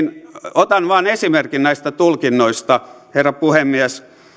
otan vain esimerkin näistä tulkinnoista herra puhemies